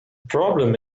problem